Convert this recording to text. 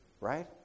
right